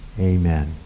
Amen